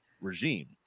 regime